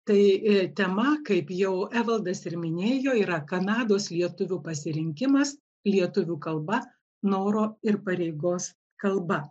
tai tema kaip jau evaldas ir minėjo yra kanados lietuvių pasirinkimas lietuvių kalba noro ir pareigos kalba